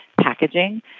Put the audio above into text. packaging